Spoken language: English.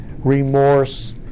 Remorse